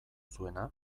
zuena